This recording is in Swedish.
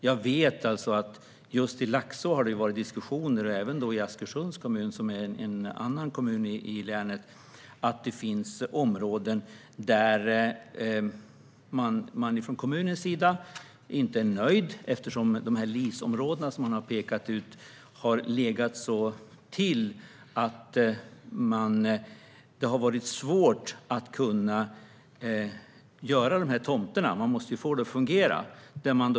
Jag vet att det har varit diskussioner just i Laxå och även i Askersunds kommun, som är en annan kommun i länet, om att det finns områden där man från kommunens sida inte är nöjd eftersom LIS-områdena som man har pekat ut ligger så till att det är svårt att göra tomter. Man måste ju få det att fungera.